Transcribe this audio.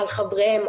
על חברים,